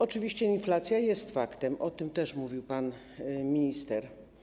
Oczywiście inflacja jest faktem, o tym też mówił pan minister.